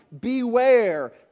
Beware